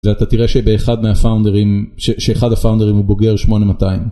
ואתה תראה שבאחד מהפאונדרים, שאחד הפאונדרים הוא בוגר 8200.